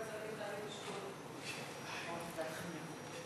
ההצעה להעביר את הצעת חוק פיקוח על בתי-ספר (תיקון מס'